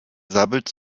sabbelt